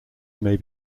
may